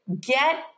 get